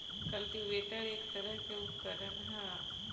cultivator एक तरह के उपकरण ह